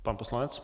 Pan poslanec.